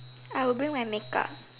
I will bring my make up